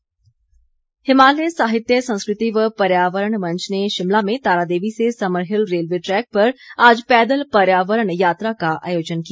हिमालय मंच हिमालय साहित्य संस्कृति व पर्यावरण मंच ने शिमला में तारादेवी से समरहिल रेलवे ट्रैक पर आज पैदल पर्यावरण यात्रा का आयोजन किया